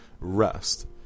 rest